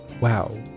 wow